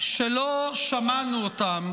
שמענו אותם